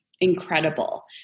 incredible